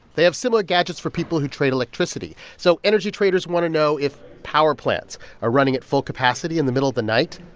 they have similar gadgets for people who trade electricity. so energy traders want to know if power plants are running at full capacity in the middle of the night.